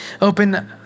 open